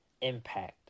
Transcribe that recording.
impact